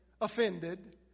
offended